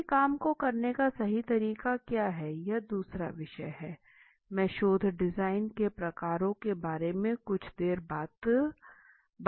किसी काम को करने का सही तरीका क्या है यह दूसरा विषय है मैं शोध डिजाइन के प्रकारों के बारे में कुछ देर बाद बताऊंगा